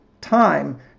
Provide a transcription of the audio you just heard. time